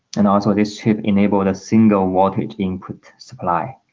and also this ship enabled a single word which input supply